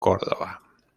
córdoba